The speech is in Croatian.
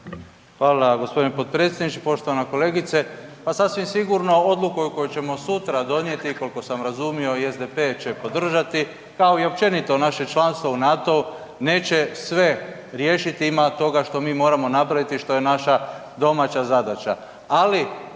vam gospodine potpredsjedniče. Poštovana kolegice pa sasvim sigurno odluka koju ćemo sutra donijeti i koliko sam razumio i SDP-e će podržati kao i općenito naše članstvo u NATO-u neće sve riješiti. Ima toga što mi moramo napraviti i što je naša domaća zadaća.